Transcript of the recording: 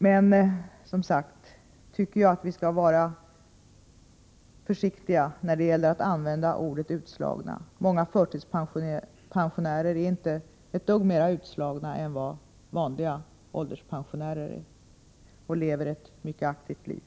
Vi skall emellertid vara försiktiga med att använda ordet ”utslagna”. Många förtidspensionärer är inte ett dugg mera utslagna än vad vanliga ålderspensionärer är, och de lever ett mycket aktivt liv.